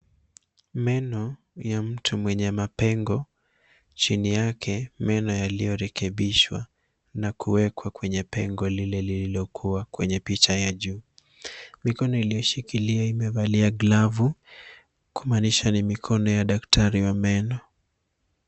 Meno ya mtu mwenye mapengo. Chini yakemeno yaliyorekebishwa na kuwekwa kwenye pengeo lile lililokuwa kwenye picha ya juu. Mikono iliyoshikilia imevalia glavu kumaanisha ni mikono ya daktari wa meno.